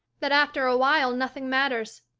that after a while nothing matters.